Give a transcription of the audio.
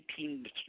$18